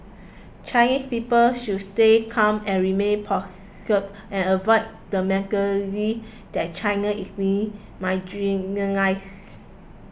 Chinese people should stay calm and remain poised and avoid the mentality that China is being marginalised